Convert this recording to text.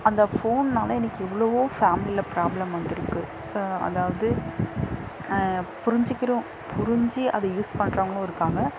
அந்த ஃபோன்னாலே இன்னைக்கு எவ்வளவோ ஃபேமிலியில் ப்ராப்ளம் வந்துருக்குது அதாவது புரிஞ்சுக்கிறம் புரிஞ்சு அதை யூஸ் பண்ணுறவங்களும் இருக்காங்கள்